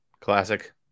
Classic